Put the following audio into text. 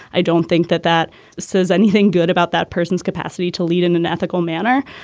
i don't think that that says anything good about that person's capacity to lead in an ethical manner.